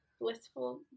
blissful